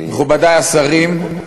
מכובדי השרים,